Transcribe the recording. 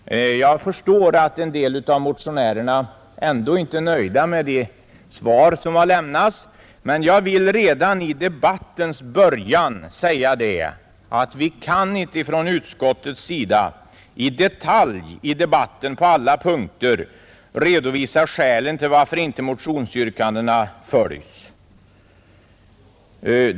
Jag förstår att en del av motionärerna ändå inte är nöjda med de svar som lämnats, men jag vill omedelbart säga att vi från utskottets sida inte kan i detalj i debatten på alla punkter redovisa skälen till att motionsyrkandena inte följts.